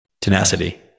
tenacity